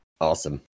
Awesome